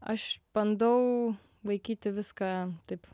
aš bandau vaikyti viską taip